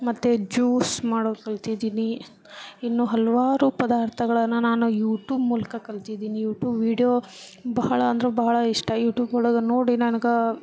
ಮತ್ತೆ ಜ್ಯೂಸ್ ಮಾಡೋದು ಕಲ್ತಿದ್ದೀನಿ ಇನ್ನೂ ಹಲವಾರು ಪದಾರ್ಥಗಳನ್ನು ನಾನು ಯೂಟೂಬ್ ಮೂಲಕ ಕಲ್ತಿದ್ದೀನಿ ಯೂಟೂಬ್ ವೀಡ್ಯೋ ಬಹಳ ಅಂದ್ರೆ ಬಹಳ ಇಷ್ಟ ಯೂಟೂಬ್ ಒಳಗೆ ನೋಡಿ ನನ್ಗೆ